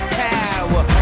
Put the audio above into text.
power